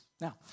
Now